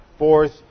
Fourth